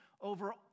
over